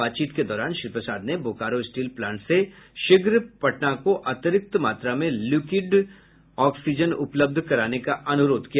बातचीत के दौरान श्री प्रसाद ने बोकारो स्टील प्लांट से शीघ्र पटना को अतिरिक्त मात्रा में लिक्विड ऑक्सीजन उपलब्ध कराने का अनुरोध किया